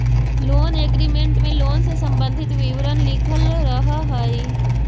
loan agreement में loan से संबंधित विवरण लिखल रहऽ हई